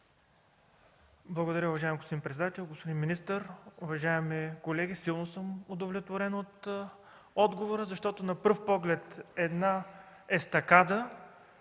Благодаря, уважаеми господин председател. Господин министър, уважаеми колеги, силно съм удовлетворен от отговора, защото на пръв поглед една естакада